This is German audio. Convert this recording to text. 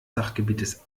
sachgebiets